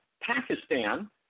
Pakistan